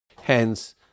Hence